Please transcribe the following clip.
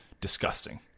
Disgusting